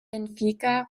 benfica